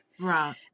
Right